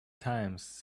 times